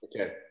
okay